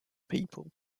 people